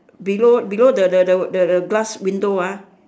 below below the the the the the glass window ah